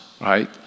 right